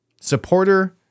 Supporter